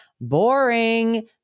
boring